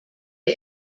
der